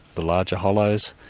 the larger hollows,